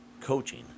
coaching